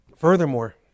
Furthermore